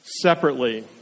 separately